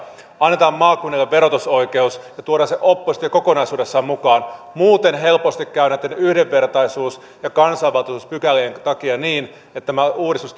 annetaan maakunnille verotusoikeus ja tuodaan oppositio kokonaisuudessaan mukaan muuten helposti käy näitten yhdenvertaisuus ja kansanvaltaisuuspykälien takia niin että tämä uudistus